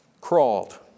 crawled